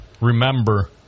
remember